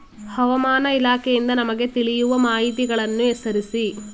ಹವಾಮಾನ ಇಲಾಖೆಯಿಂದ ನಮಗೆ ತಿಳಿಯುವ ಮಾಹಿತಿಗಳನ್ನು ಹೆಸರಿಸಿ?